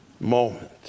moment